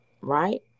Right